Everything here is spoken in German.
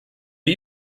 die